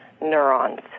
neurons